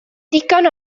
ddigon